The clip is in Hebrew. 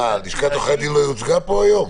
לשכת עורכי הדין לא יוצגה פה היום?